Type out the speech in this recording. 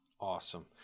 Awesome